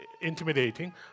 intimidating